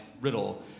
riddle